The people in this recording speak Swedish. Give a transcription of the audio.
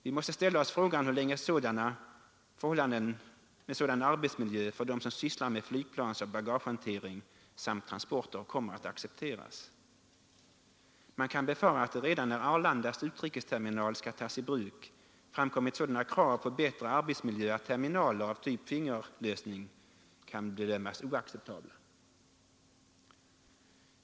Vi måste ställa oss frågan hur länge en sådan arbetsmiljö för dem som sysslar med flygplansoch bagagehantering samt transporter kommer att accepteras. Man kan befara att det redan när Arlandas utrikesterminal skall tas i bruk framkommit sådana krav på bättre arbetsmiljö att terminaler av typen fingerlösning kan bedömas som oacceptabla.